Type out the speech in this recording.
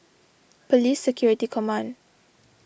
Police Security Command